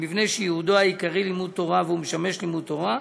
במבנה שייעודו העיקרי לימוד תורה והוא משמש ללימוד תורה,